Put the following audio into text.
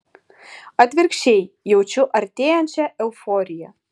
atvirkščiai jaučiu artėjančią euforiją